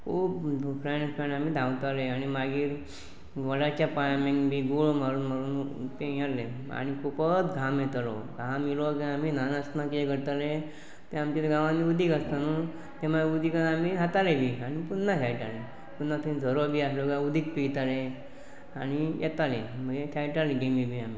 खूब friend friend आमी धांवताले आनी मागीर वडाच्या पांनांक बी गोळ मारून मारून ते गेलें आनी खुपत घाम येतालो घाम येयलो काय आमी ल्हान आसतना कितेें करताले तें आमचे गांवांनी उदीक आसता न्हू तें मागीर उदिकान आमी न्हातालें बी आनी पुन्ना खेळटालें पुन्ना थंय झरो बी आसलो काय उदीक पिताले आनी येताले मागीर खेळटाले गेमी बी आमी